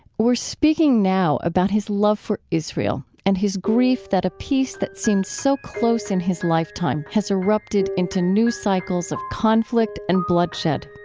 we're speaking now about his love for israel and his grief that a peace that seemed so close in his lifetime, has erupted into new cycles of conflict and bloodshed